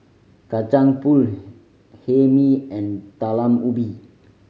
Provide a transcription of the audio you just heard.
Kacang Pool Hae Mee and Talam Ubi